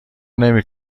نمی